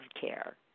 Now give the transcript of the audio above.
care